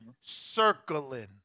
circling